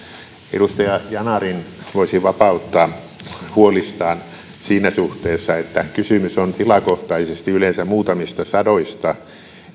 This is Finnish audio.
edustaja yanarin voisi vapauttaa huolistaan siinä suhteessa että kysymys on tilakohtaisesti yleensä muutamista sadoista